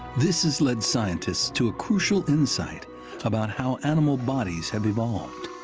this has led scientists to a crucial insight about how animal bodies have evolved.